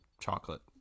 chocolate